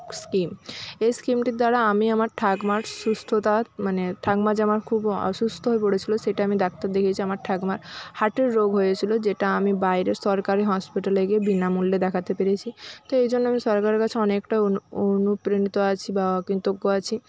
scheme এই স্কিমটির দ্বারা আমি আমার ঠাকুমার সুস্থতা মানে ঠাকুমা যে আমার খুব অসুস্থ হয়ে পড়েছিলো সেটা আমি ডাক্তার দেখিয়েছি আমার ঠাকুমার হার্টের রোগ হয়েছিলো যেটা আমি বাইরে সরকারি হসপিটালে গিয়ে বিনামূল্যে দেখাতে পেরেছি তো এই জন্য আমি সরকারের কাছে অনেকটা অনুপ্রাণিত আছি বা কৃতজ্ঞ আছি